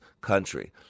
country